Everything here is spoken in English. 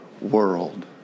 world